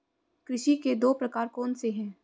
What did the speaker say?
कृषि के दो प्रकार कौन से हैं?